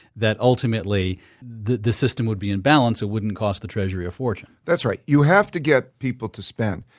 that ultimately the the system would be in balance, it wouldn't cost the treasury a fortune? that's right. you have to get people to spend.